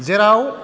जेराव